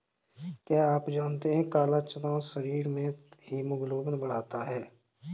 क्या आप जानते है काला चना शरीर में हीमोग्लोबिन बढ़ाता है?